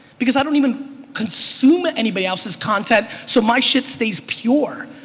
because i don't even consume anybody else's content so my shit stays pure.